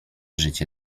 życie